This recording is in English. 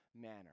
manner